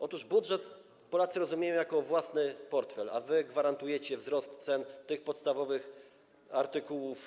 Otóż Polacy rozumieją budżet jako własny portfel, a wy gwarantujecie wzrost cen tych podstawowych artykułów.